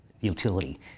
utility